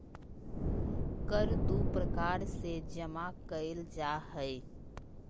कर दू प्रकार से जमा कइल जा हइ